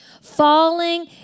Falling